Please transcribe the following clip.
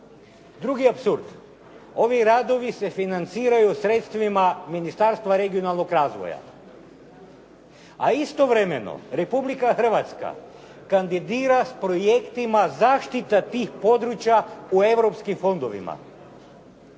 Drugi apsurd. Ovi radovi se financiraju sredstvima Ministarstva regionalnog razvoja. A istovremeno Republika Hrvatska kandidira s projektima zaštite tih područja u europskim fondovima.